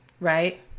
right